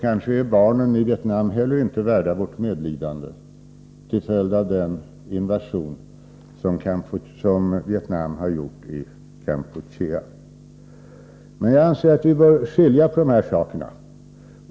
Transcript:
Kanske är barnen i Vietnam heller inte värda vårt medlidande till följd av den invasion som Vietnam har gjort i Kampuchea? Men jag anser att vi bör skilja på de här sakerna.